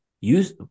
use